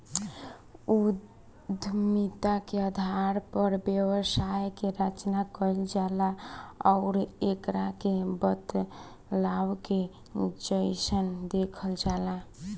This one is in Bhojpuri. उद्यमिता के आधार पर व्यवसाय के रचना कईल जाला आउर एकरा के बदलाव के जइसन देखल जाला